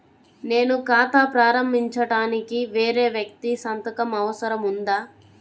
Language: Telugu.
నేను ఖాతా ప్రారంభించటానికి వేరే వ్యక్తి సంతకం అవసరం ఉందా?